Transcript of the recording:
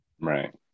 right